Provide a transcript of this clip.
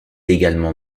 également